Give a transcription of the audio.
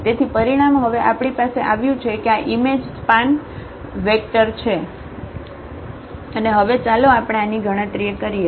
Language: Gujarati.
તેથી પરિણામ હવે આપણી પાસે આવ્યું છે કે આ ઈમેજ સ્પાન Spanફેલાવનારા વેક્ટર છે અને હવે ચાલો આપણે આની ગણતરી કરીએ